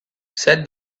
said